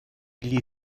gli